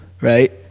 right